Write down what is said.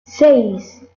seis